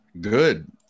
good